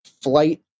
flight